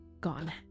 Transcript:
gone